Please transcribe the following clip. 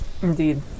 Indeed